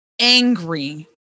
Angry